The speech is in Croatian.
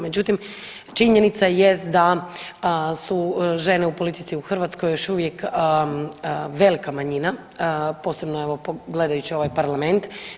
Međutim, činjenica jest da su žene u politici u Hrvatskoj još uvijek velika manjina, posebno evo gledajući ovaj parlament.